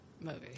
movie